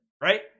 Right